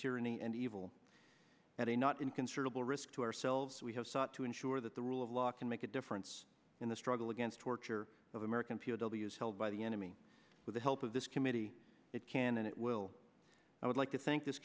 tyranny and evil at a not inconsiderable risk to ourselves we have sought to ensure that the rule of law can make a difference in the struggle against torture of american p o w s held by the enemy with the help of this committee it can and it will i would like to thank this